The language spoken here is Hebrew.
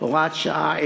הוראת שעה),